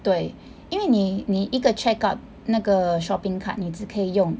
对因为你你一个 check out 那个 shopping cart 你只可以用